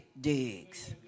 digs